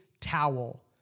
towel